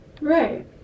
Right